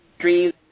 dreams